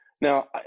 Now